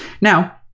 now